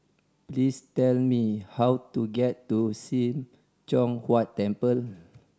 please tell me how to get to Sim Choon Huat Temple